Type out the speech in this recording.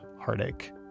heartache